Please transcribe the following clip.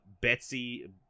Betsy